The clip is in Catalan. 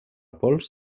pols